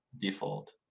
Default